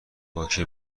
باک